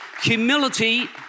Humility